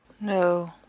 No